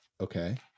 Okay